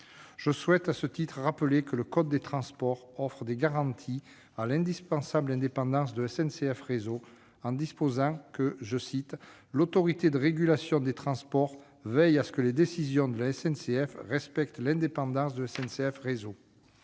Je souhaite, à ce titre, rappeler que le code des transports offre des garanties à l'indispensable indépendance de SNCF Réseau en disposant que « l'Autorité de régulation des transports veille à ce que les décisions de la SNCF respectent l'indépendance de SNCF Réseau ».